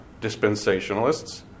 Dispensationalists